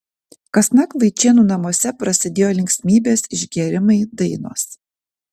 kasnakt vaičėnų namuose prasidėjo linksmybės išgėrimai dainos